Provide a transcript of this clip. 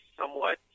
somewhat